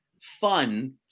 fun